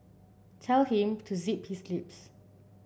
tell him to zip his lips